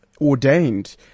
ordained